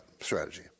strategy